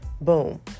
boom